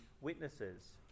witnesses